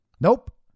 Nope